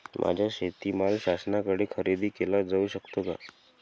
माझा शेतीमाल शासनाकडे खरेदी केला जाऊ शकतो का?